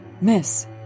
miss